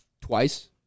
twice